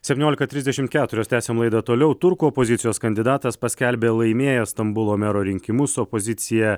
septyniolika trisdešim keturios tęsiam laidą toliau turkų opozicijos kandidatas paskelbė laimėjęs stambulo mero rinkimus opozicija